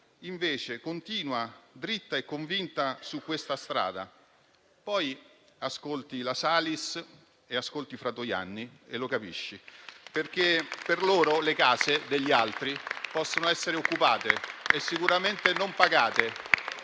invece continua dritta e convinta su questa strada. Poi ascolti la Salis, ascolti Fratoianni e lo capisci. Per loro, infatti, le case degli altri possono essere occupate e sicuramente non pagate.